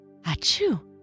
Achoo